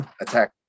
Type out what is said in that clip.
attack